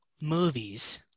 movies